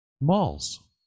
malls